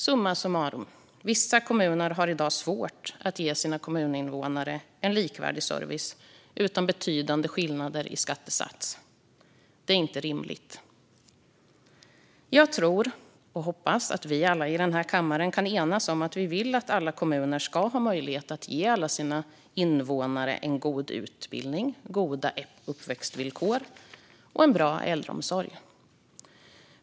Summa summarum: Vissa kommuner har i dag svårt att ge sina kommuninvånare en likvärdig service utan betydande skillnader i skattesats. Det är inte rimligt. Jag tror och hoppas att vi alla i denna kammare kan enas om att alla kommuner ska ha möjlighet att ge alla sina invånare god utbildning, goda uppväxtvillkor och bra äldreomsorg.